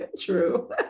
True